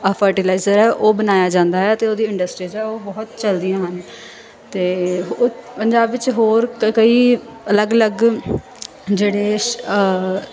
ਆ ਫਰਟੀਲਾਈਜ਼ਰ ਹੈ ਉਹ ਬਣਾਇਆ ਜਾਂਦਾ ਹੈ ਅਤੇ ਉਹਦੀ ਇੰਡਸਟਰੀਜ਼ ਹੈ ਉਹ ਬਹੁਤ ਚੱਲਦੀਆਂ ਹਨ ਅਤੇ ਓ ਪੰਜਾਬ ਵਿੱਚ ਹੋਰ ਕਈ ਅਲੱਗ ਅਲੱਗ ਜਿਹੜੇ